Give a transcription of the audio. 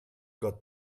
got